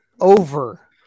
over